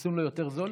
החיסון לא יותר זול?